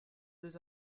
deux